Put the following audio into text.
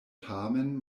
tamen